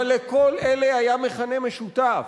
אבל לכל אלה היה מכנה משותף,